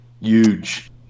huge